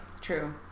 True